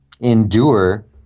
endure